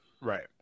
Right